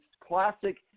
Classic